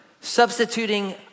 substituting